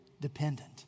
dependent